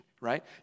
right